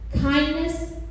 kindness